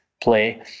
play